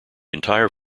entire